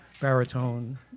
baritone